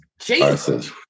Jesus